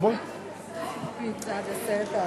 את הנושא קצת,